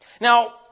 Now